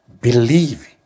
Believe